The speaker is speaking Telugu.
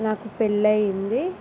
నాకు పెళ్ళి అయింది